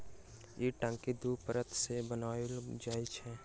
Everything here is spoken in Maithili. ई टंकी दू परत सॅ बनाओल जाइत छै